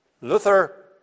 Luther